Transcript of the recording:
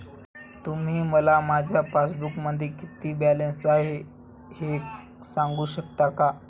तुम्ही मला माझ्या पासबूकमध्ये किती बॅलन्स आहे हे सांगू शकता का?